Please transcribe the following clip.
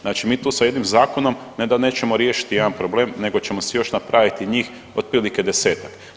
Znači mi tu sa jednim zakonom ne da nećemo riješiti jedan problem nego ćemo si još napraviti njih otprilike desetak.